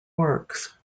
works